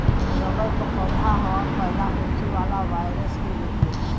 rubber क पौधा हवा में पैदा होखे वाला वायरस के रोकेला